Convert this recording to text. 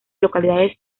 localidades